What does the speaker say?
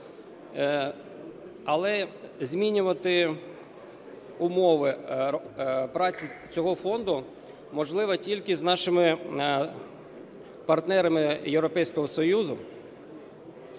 Але змінювати умови праці цього фонду можливо тільки з нашими партнерами Європейського Союзу.